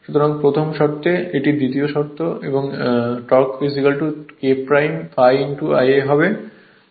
সুতরাং প্রথম শর্ত এবং এটি দ্বিতীয় শর্ত আমরা টর্ক জানি K ∅ Ia হয়